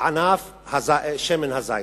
ענף שמן הזית.